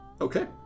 Okay